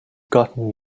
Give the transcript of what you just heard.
gotten